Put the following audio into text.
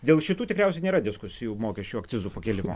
dėl šitų tikriausiai nėra diskusijų mokesčių akcizų pakėlimo